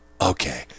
Okay